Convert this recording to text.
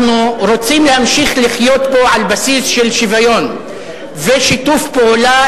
אנחנו רוצים להמשיך לחיות פה על בסיס של שוויון ושיתוף פעולה,